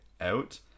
out